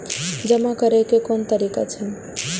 जमा करै के कोन तरीका छै?